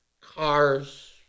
cars